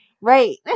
Right